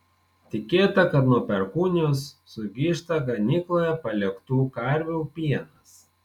tikėta kad nuo perkūnijos sugyžta ganykloje paliktų karvių pienas